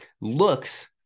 looks